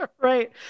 Right